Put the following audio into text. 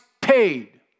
paid